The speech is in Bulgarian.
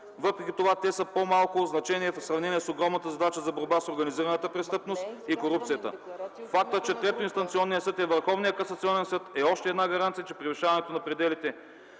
Въпреки това те са по-малко от значение в сравнение с огромната задача за борба с организираната престъпност и корупцията. Фактът, че третоинстанционният съд е Върховният касационен съд, е още една гаранция, че превишаването на пределите